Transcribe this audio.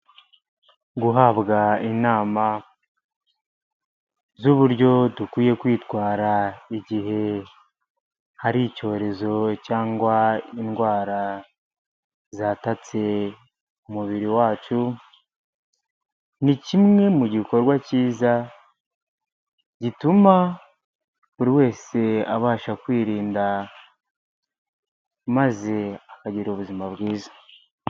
Guhabwa inama z'uburyo dukwiye kwitwara, igihe hari icyorezo cyangwa indwara zatatse umubiri wacu, ni kimwe mu gikorwa cyiza gituma buri wese abasha kwirinda maze akagira ubuzima bwiza.